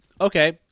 Okay